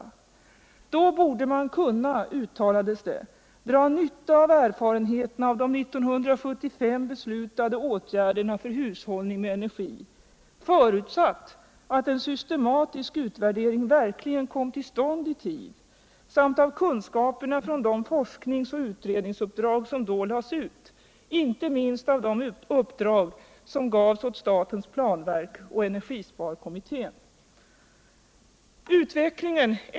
Då borde man kunna, uttalades det, dra nytta av erfarenheterna av de 1975 beslutade åtgärderna för hushållning med energi — förutsatt att en systematisk utvärdering verkligen kom till stånd i tid — samt av kunskaperna från de forsknings och utredningsuppdrag sorn då lades ut, inte minst av de uppdrag som gavs åt statens planverk och energisparkommittén.